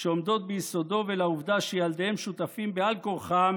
שעומדות ביסודו ולעובדה שילדיהם שותפים בעל כורחם